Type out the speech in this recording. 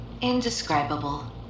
indescribable